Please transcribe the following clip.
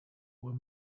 were